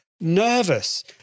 nervous